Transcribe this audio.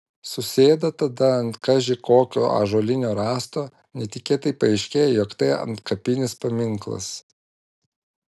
susėda tada ant kaži kokio ąžuolinio rąsto netikėtai paaiškėja jog tai antkapinis paminklas